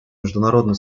международную